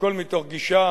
הכול מתוך גישה